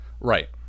Right